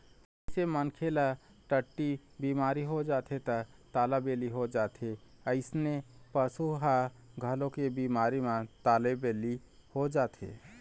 जइसे मनखे ल टट्टी बिमारी हो जाथे त तालाबेली हो जाथे अइसने पशु ह घलोक ए बिमारी म तालाबेली हो जाथे